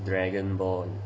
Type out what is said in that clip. dragon ball